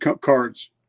cards